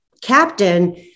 captain